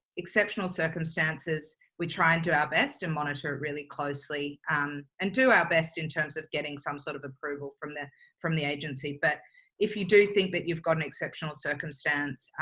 exceptional circumstances, we try and do our best and monitor it really closely um and do our best in terms of getting some sort of approval from the from the agency, but if you do think that you've got an exceptional circumstance,